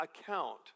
account